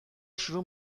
شروع